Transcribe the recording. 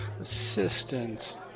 assistance